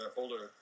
older